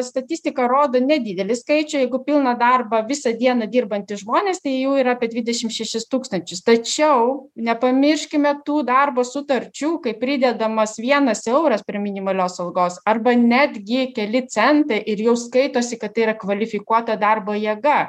statistika rodo nedidelį skaičių jeigu pilną darbą visą dieną dirbantys žmonės tai jų yra apie dvidešim šešis tūkstančius tačiau nepamirškime tų darbo sutarčių kai pridedamas vienas euras prie minimalios algos arba netgi keli centą ir jau skaitosi kad tai yra kvalifikuota darbo jėga